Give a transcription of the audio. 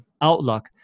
outlook